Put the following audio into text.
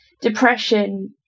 depression